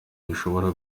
bishobora